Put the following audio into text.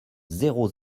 zéro